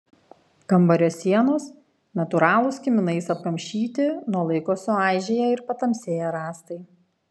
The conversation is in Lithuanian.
kambario sienos natūralūs kiminais apkamšyti nuo laiko suaižėję ir patamsėję rąstai